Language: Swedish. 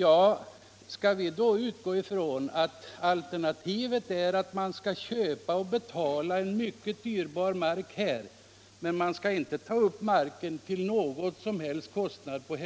Ja, skall vi då utgå ifrån att riksdagen skall betala för en mycket dyrbar tomt vid Sergels torg, medan däremot marken på Helgeandsholmen inte skall tas upp till någon som helst kostnad? Med